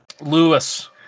Lewis